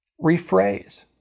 rephrase